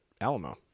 Alamo